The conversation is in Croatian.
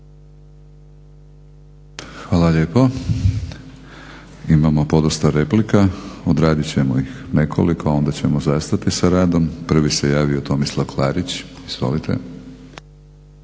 Hvala lijepo. Imamo podosta replika. Odradit ćemo ih nekoliko, onda ćemo zastati sa radom. Prvi se javio Tomislav Klarić. Izvolite.